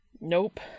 Nope